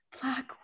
black